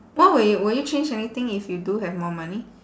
what will you will you change anything if you do have more money